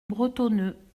bretonneux